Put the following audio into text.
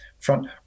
front